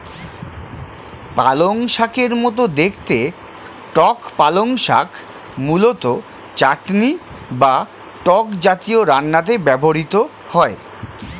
পালংশাকের মতো দেখতে টক পালং শাক মূলত চাটনি বা টক জাতীয় রান্নাতে ব্যবহৃত হয়